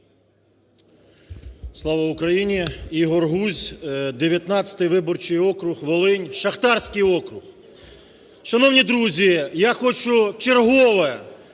Слава Україні! Ігор Гузь, 19 виборчий округ, шахтарський округ. Шановні друзі, я хочу в чергове